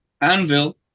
Anvil